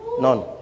None